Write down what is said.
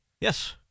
Yes